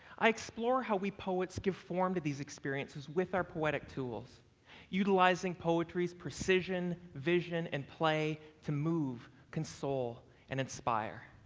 i explore how we poets give form to these experiences with our poetic tools utilizing poetry's precision, vision and play to move, console and inspire.